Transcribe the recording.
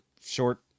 short